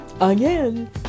again